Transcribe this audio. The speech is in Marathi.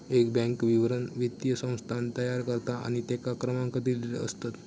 एक बॅन्क विवरण वित्तीय संस्थान तयार करता आणि तेंका क्रमांक दिलेले असतत